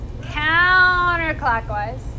counterclockwise